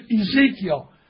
Ezekiel